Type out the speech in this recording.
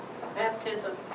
Baptism